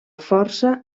força